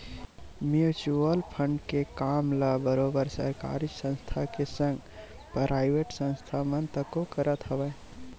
mutual fund के काम ल बरोबर सरकारी संस्था के संग पराइवेट संस्था मन तको करत हवय